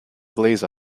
glaze